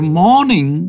morning